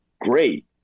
great